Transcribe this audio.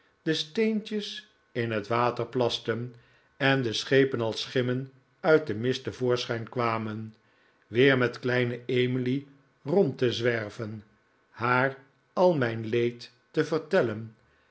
de steentjes in het water plasten en de schepen als schimmen uit den mist te voorschijn kwamen weer met kleine emily rond te zwerven haar al mijn leed te vertellen